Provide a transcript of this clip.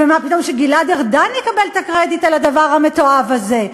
ומה פתאום שגלעד ארדן יקבל את הקרדיט על הדבר המתועב הזה?